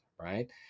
Right